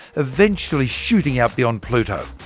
eventually shooting out beyond pluto.